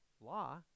law